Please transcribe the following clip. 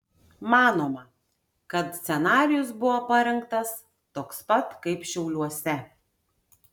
manoma kad scenarijus buvo parengtas toks pat kaip šiauliuose